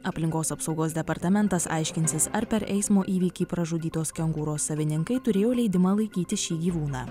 aplinkos apsaugos departamentas aiškinsis ar per eismo įvykį pražudytos kengūros savininkai turėjo leidimą laikyti šį gyvūną